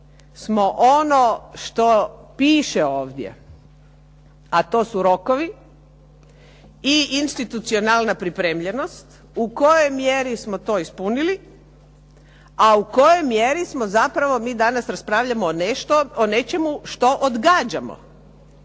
smo ono što piše ovdje, a to su rokovi i institucionalna pripremljenost, u kojoj mjeri smo to ispunili a u kojoj mjeri smo zapravo, mi danas raspravljamo o nečemu što odgađamo.